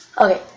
Okay